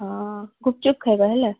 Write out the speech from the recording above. ହଁ ଗୁପ୍ଚୁପ୍ ଖାଇବା ହେଲା